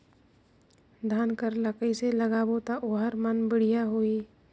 धान कर ला कइसे लगाबो ता ओहार मान बेडिया होही?